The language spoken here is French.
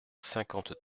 cinquante